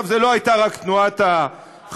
זו לא הייתה רק תנועת ה"חמאס",